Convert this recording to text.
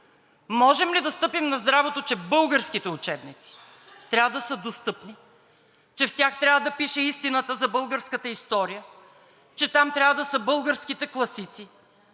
Можем ли да стъпим на здравото, че българските учебници трябва да са достъпни, че в тях трябва да пише истината за българската история, че там трябва да са българските класици,